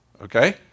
okay